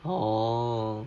oh